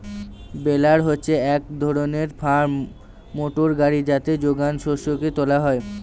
বেলার হচ্ছে এক ধরনের ফার্ম মোটর গাড়ি যাতে যোগান শস্যকে তোলা হয়